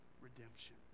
redemption